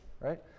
right